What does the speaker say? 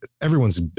everyone's